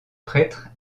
prêtre